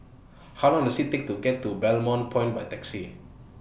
How Long Does IT Take to get to Balmoral Point By Taxi